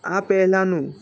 આ પહેલાંનું